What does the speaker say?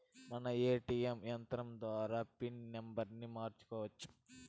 మనం ఏ.టీ.యం యంత్రం ద్వారా పిన్ నంబర్ని మార్చుకోవచ్చు